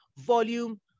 volume